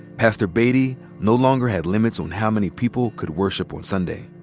pastor baity no longer had limits on how many people could worship on sunday.